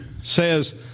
says